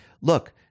look